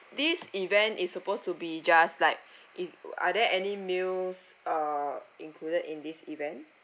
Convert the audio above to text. this event is supposed to be just like is are there any meals uh included in this event